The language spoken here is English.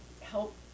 help